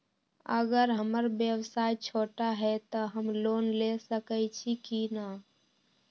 अगर हमर व्यवसाय छोटा है त हम लोन ले सकईछी की न?